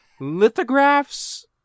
lithographs